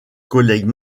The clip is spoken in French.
collègues